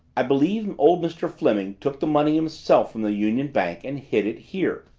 i believe old mr. fleming took the money himself from the union bank and hid it here.